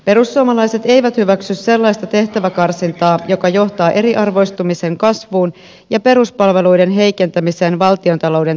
perussuomalaiset eivät hyväksy sellaista tehtäväkarsintaa joka johtaa eriarvoistumisen kasvuun ja peruspalveluiden heikentämiseen valtiontalouden tasapainottamiseksi